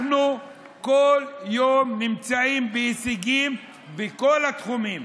אנחנו כל יום נמצאים בהישגים בכל התחומים,